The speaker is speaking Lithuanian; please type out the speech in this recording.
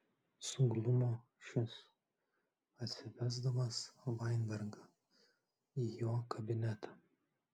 suglumo šis atsivesdamas vainbergą į jo kabinetą